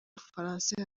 mufaransa